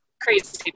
crazy